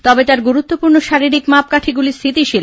তবে তাঁর গুরুত্বপূর্ণ শারীরিক মাপকাঠিগুলি স্হিতিশীল